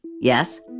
yes